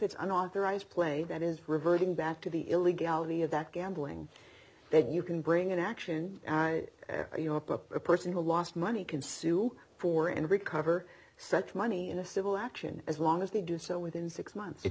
it's unauthorized play that is reverting back to the illegality of that gambling that you can bring an action you know a person who lost money can sue for and recover such money in a civil action as long as they do so within six months it